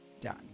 done